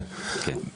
אפשר לשאול?